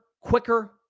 quicker